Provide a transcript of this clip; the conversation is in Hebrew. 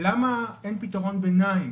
- למה אין פתרון ביניים.